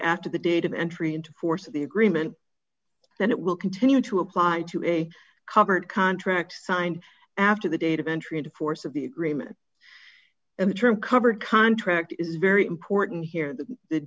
after the date of entry into force the agreement that it will continue to apply to a covered contract signed after the date of entry into force of the agreement and the term cover contract is very important here that the